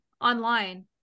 online